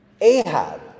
ahab